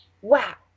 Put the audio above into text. Wow